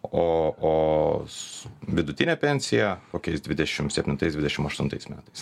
o o su vidutine pensija kokiais dvidešimt septintais dvidešimt aštuntais metais